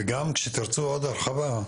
וגם כשתירצו עוד הרחבה,